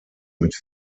mit